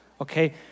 okay